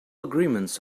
agreements